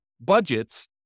budgets